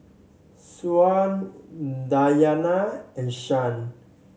Syah Dayana and Shah